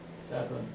seven